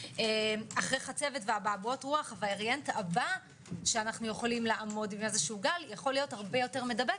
- אחרי חצבת ואבעבועות רוח - יכול להיות הרבה יותר מדבק.